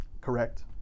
Correct